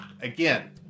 again